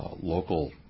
local